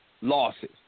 losses